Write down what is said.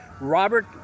Robert